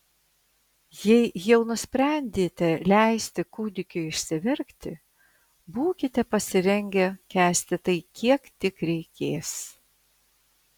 jei jau nusprendėte leisti kūdikiui išsiverkti būkite pasirengę kęsti tai kiek tik reikės